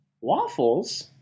Waffles